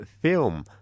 film